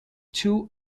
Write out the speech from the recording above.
two